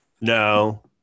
no